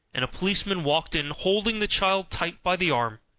and a policeman walked in, holding the child tight by the arm